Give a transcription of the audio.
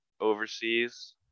overseas